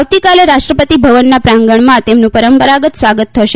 આવતીકાલે રાષ્ટ્રપતિ ભવનના પ્રાંગણમાં તેમનું પરંપરાગત સ્વાગત થશે